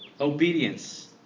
Obedience